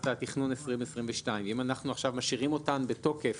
התכנון 2022. אם אנחנו עכשיו משאירים אותן בתוקף